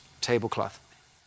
tablecloth